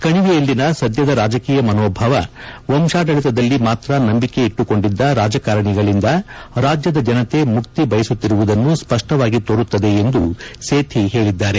ಕಣಿವೆಯಲ್ಲಿನ ಸದ್ದದ ರಾಜಕೀಯ ಮನೋಭಾವ ವಂಶಾಡಳಿತದಲ್ಲಿ ಮಾತ್ರ ನಂಬಿಕೆ ಇಟ್ಟುಕೊಂಡಿದ್ದ ರಾಜಕಾರಣಿಗಳಿಂದ ರಾಜ್ಯದ ಜನತೆ ಮುಕ್ತಿ ಬಯಸುತ್ತಿರುವುದನ್ನು ಸ್ಪಷ್ಟವಾಗಿ ತೋರುತ್ತದೆ ಎಂದು ಸೇಥಿ ಹೇಳಿದ್ದಾರೆ